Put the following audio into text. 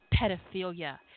pedophilia